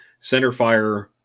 centerfire